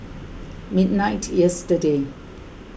midnight yesterday